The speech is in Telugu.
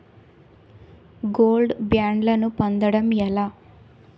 గోల్డ్ బ్యాండ్లను పొందటం ఎలా?